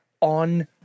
on